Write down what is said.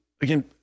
again